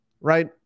Right